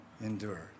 endure